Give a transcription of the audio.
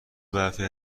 برفی